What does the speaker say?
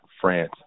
France